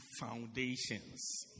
foundations